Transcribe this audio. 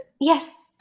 Yes